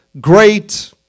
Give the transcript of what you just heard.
great